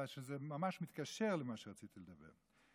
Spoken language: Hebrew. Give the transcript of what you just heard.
אלא שזה ממש מתקשר למה שרציתי לדבר עליו.